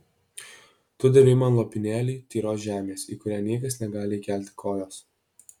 tu davei man lopinėlį tyros žemės į kurią niekas negali įkelti kojos